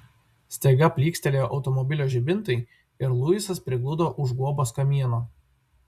staiga plykstelėjo automobilio žibintai ir luisas prigludo už guobos kamieno